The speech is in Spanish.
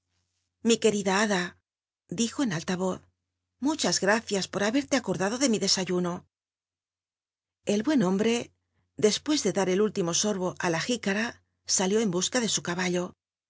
cclli querida llada dijo en alta oz muchas gracias por haberle acordado de mi tlcsaluno el buen hombre desp ues de dar el último sorbo á la jícam salió en busca de su caballo